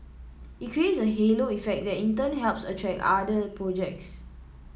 it creates a halo effect that in turn helps attract other projects